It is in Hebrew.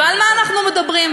ועל מה אנחנו מדברים?